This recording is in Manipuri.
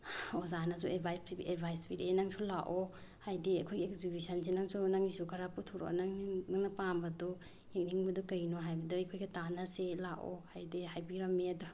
ꯑꯣꯖꯥꯅꯁꯨ ꯑꯦꯗꯚꯥꯏꯁ ꯄꯤꯔꯛꯑꯦ ꯅꯪꯁꯨ ꯂꯥꯛꯑꯣ ꯍꯥꯏꯗꯤ ꯑꯩꯈꯣꯏ ꯑꯦꯛꯖꯤꯕꯤꯁꯟꯁꯦ ꯅꯪꯁꯨ ꯅꯪꯒꯤꯁꯨ ꯈꯔ ꯄꯨꯊꯣꯔꯛꯑꯣ ꯅꯪꯅ ꯄꯥꯝꯕꯗꯣ ꯌꯦꯛꯅꯤꯡꯕꯗꯣ ꯀꯩꯅꯣ ꯍꯥꯏꯕꯗꯣ ꯑꯩꯈꯣꯏꯒ ꯇꯥꯟꯅꯁꯤ ꯂꯥꯛꯑꯣ ꯍꯥꯏꯗꯤ ꯍꯥꯏꯕꯤꯔꯝꯃꯤ ꯑꯗꯣ